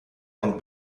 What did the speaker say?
ein